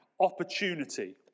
opportunity